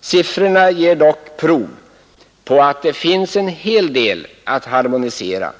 Siffrorna ger dock prov på att det finns en hel del att harmonisera.